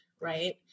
Right